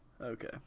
Okay